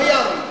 מיאמי,